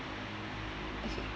okay